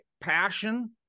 passion